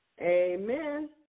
Amen